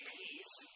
peace